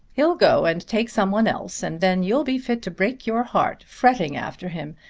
he'll go and take some one else and then you'll be fit to break your heart, fretting after him,